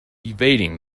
evading